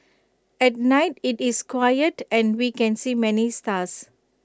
at night IT is quiet and we can see many stars